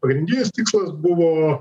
pagrindinis tikslas buvo